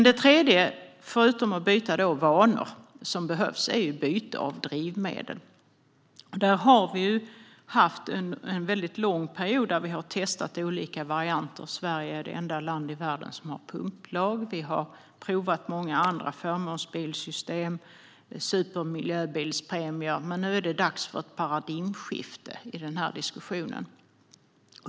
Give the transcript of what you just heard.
Det tredje som behövs, förutom att byta vanor, är ett byte av drivmedel. Där har vi haft en väldigt lång period där vi har testat olika varianter. Sverige är det enda land i världen som har pumplag. Vi har provat mycket annat. Vi har haft ett förmånsbilssystem och supermiljöbilspremier. Nu är det dags för ett paradigmskifte i diskussionen.